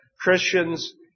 Christians